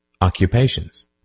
occupations